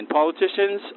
politicians